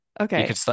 Okay